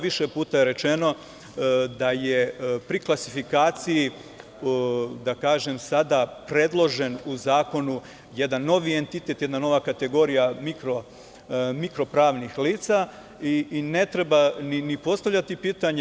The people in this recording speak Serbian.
Više puta je rečeno da je pri klasifikaciji, da kažem, sada predložen u zakonu jedan novi entitet, jedna nova kategorija, mikro pravnih lica i ne treba postavljati pitanje.